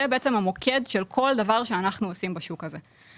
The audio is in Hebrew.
זה בעצם המוקד של כל דבר שאנחנו עושים בשוק הזה.